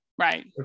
Right